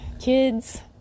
kids